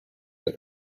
that